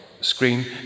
screen